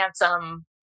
handsome